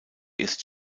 ist